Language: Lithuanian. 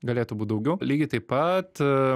galėtų būt daugiau lygiai taip pat